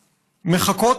מחכות,